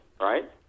Right